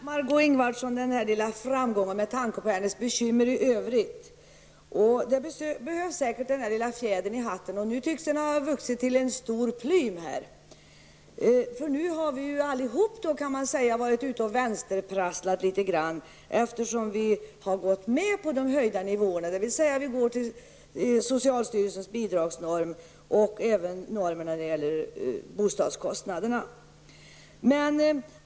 Herr talman! Jag unnar Margó Ingvardsson den här framgången, med tanke på hennes bekymmer i övrigt. Hon behöver säkert den lilla fjädern i hatten, och nu tycks den ha vuxit till en stor plym. Vi har allihop, kan man säga, varit ute och vänsterprasslat litet grand, eftersom vi har gått med på de höjda nivåerna, dvs. vi följer socialstyrelsens bidragsnorm och även normerna när det gäller bostadskostnaderna.